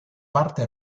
parte